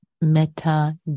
Meta